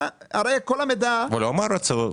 הרי כל המידע --- אבל הוא אמר 'רוצה אני'.